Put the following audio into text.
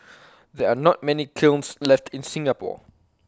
there are not many kilns left in Singapore